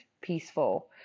peaceful